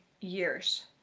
years